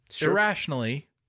irrationally